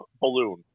balloon